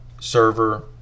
server